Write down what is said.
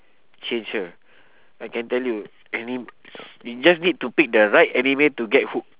change her I can tell you anim~ we just need to pick the right anime to get hook